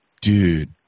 dude